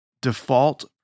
default